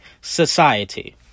society